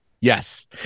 Yes